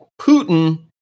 Putin